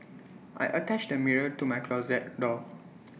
I attached A mirror to my closet door